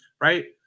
right